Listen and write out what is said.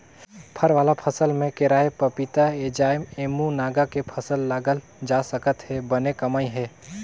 फर वाला फसल में केराएपपीताएजामएमूनगा के फसल लगाल जा सकत हे बने कमई हे